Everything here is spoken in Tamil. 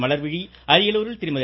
மலர்விழி அரியலூரில் திருமதி